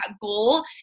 goal